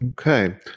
Okay